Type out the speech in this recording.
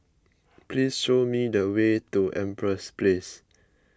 please show me the way to Empress Place